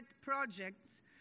projects